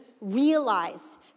realize